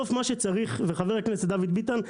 חבר הכנסת דוד ביטן,